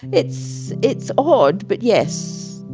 it's it's odd. but yes